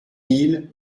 mille